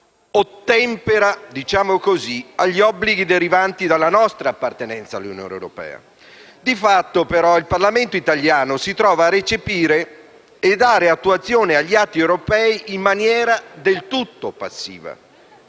ottempera agli obblighi derivanti dalla nostra appartenenza all'Unione europea. Di fatto il Parlamento italiano si ritrova a recepire e dare attuazione agli atti europei in maniera del tutto passiva,